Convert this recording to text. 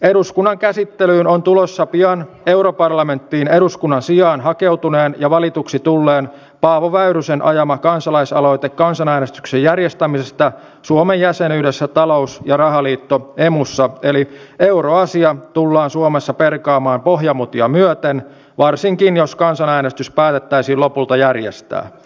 eduskunnan käsittelyyn on tulossa pian europarlamenttiin eduskunnan sijaan hakeutuneen ja valituksi tulleen paavo väyrysen ajama kansalaisaloite kansanäänestyksen järjestämisestä suomen jäsenyydestä talous ja rahaliitto emussa eli euroasia tullaan suomessa perkaamaan pohjamutia myöten varsinkin jos kansanäänestys päätettäisiin lopulta järjestää